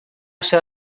ase